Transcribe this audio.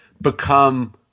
become